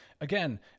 Again